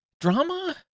Drama